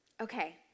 Okay